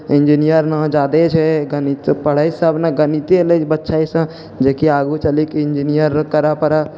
engineer यहाँ ज्यादे छै गणित पढ़ै सभमे गणिते लै छै बच्चा जे कि आगू चलिके इन्जिनियरिंग करय पड़ै